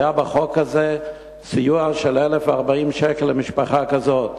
היה בחוק הזה סיוע של 1,040 שקל למשפחה כזאת,